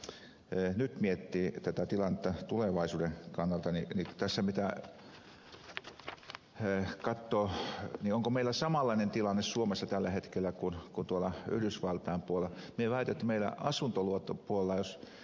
sen takia kun nyt miettii tätä tilannetta tulevaisuuden kannalta niin onko meillä samanlainen tilanne suomessa tällä hetkellä kuin tuolla yhdysvaltain puolella